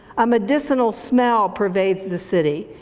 a medicinal smell pervades the city,